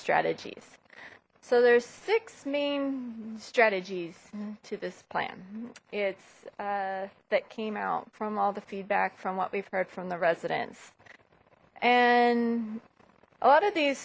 strategies so there are six main strategies to this plan it's that came out from all the feedback from what we've heard from the residents and a lot of these